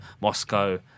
Moscow